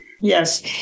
Yes